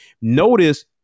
Notice